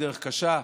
בדרך קשה.